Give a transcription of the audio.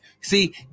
See